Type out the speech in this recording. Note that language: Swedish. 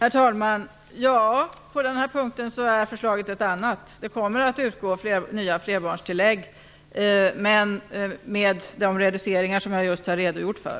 Herr talman! Ja, på den här punkten är förslaget ett annat. Det kommer att utgå nya flerbarnstillägg men med de reduceringar som jag just har redogjort för.